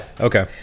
Okay